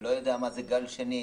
שלא יודע מה זה גל שני,